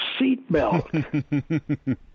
seatbelt